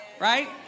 right